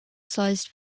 sized